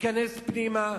ייכנס פנימה.